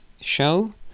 show